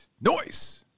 noise